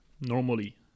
normally